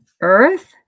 Earth